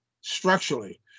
structurally